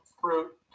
fruit